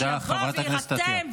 שיבוא ויירתם, תודה, חברת הכנסת עטייה.